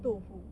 豆腐